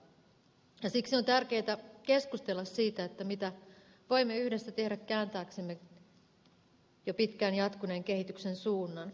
siksi on tärkeätä keskustella siitä mitä voimme yhdessä tehdä kääntääksemme jo pitkään jatkuneen kehityksen suunnan